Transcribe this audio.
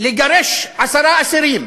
לגרש עשרה אסירים